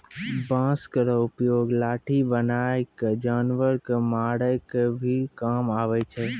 बांस केरो उपयोग लाठी बनाय क जानवर कॅ मारै के भी काम आवै छै